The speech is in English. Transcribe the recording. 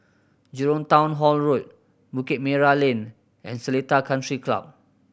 Jurong Town Hall Road Bukit Merah Lane and Seletar Country Club